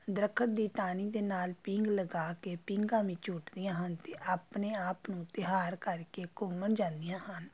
ਦਰਖ਼ਤ ਦੀ ਟਾਹਣੀ ਦੇ ਨਾਲ਼ ਪੀਂਘ ਲਗਾ ਕੇ ਪੀਂਘਾਂ ਵੀ ਝੂਟਦੀਆਂ ਹਨ ਅਤੇ ਆਪਣੇ ਆਪ ਨੂੰ ਤਿਆਰ ਕਰਕੇ ਘੁੰਮਣ ਜਾਂਦੀਆਂ ਹਨ